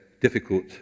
difficult